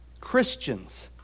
Christians